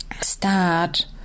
start